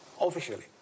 officially